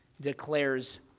declares